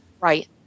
Right